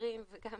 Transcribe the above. במחקרים וגם